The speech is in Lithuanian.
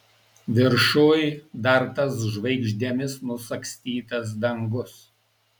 viršuj dar tas žvaigždėmis nusagstytas dangus